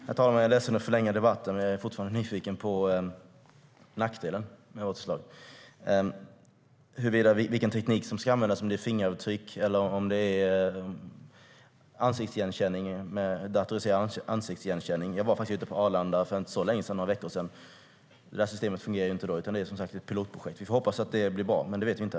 Herr talman! Jag är ledsen över att förlänga debatten, men jag är fortfarande nyfiken på nackdelen med vårt förslag, vilken teknik som ska användas, om det är fingeravtryck eller datoriserad ansiktsigenkänning. Jag var faktiskt ute på Arlanda för bara några veckor sedan. Det där systemet fungerade inte då - det är som sagt var ett pilotprojekt. Vi får hoppas att det blir bra, men det vet vi inte.